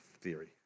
theory